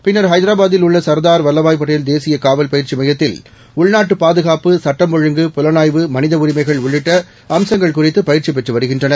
பின்னர் ஹைதராபாத்தில் உள்ள சர்தார் வில்லபாய் படேல் தேசிய காவல் பயிற்சி மையத்தில் உள்நாட்டு பாதுகாப்பு சட்டம் ஒழுங்கு புலனாய்வு மனித உரிமைகள் உள்ளிட்ட அம்சங்கள் குறித்து பயிற்சி பெற்று வருகின்றனர்